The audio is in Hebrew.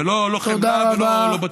ולא חמלה ולא בטיח.